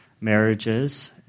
marriages